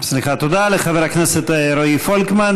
תודה לחבר הכנסת רועי פולקמן.